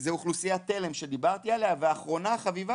זו אוכלוסיית תל"ם שדיברתי עליה ואחרונה חביבה